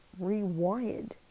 rewired